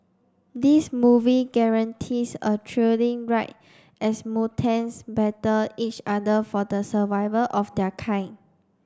this movie guarantees a thrilling ride as mutants battle each other for the survival of their kind